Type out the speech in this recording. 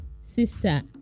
sister